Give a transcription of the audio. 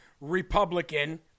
Republican